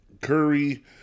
Curry